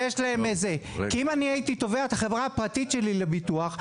כי אם אני הייתי תובע את החברה הפרטית שלי לביטוח,